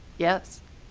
yes.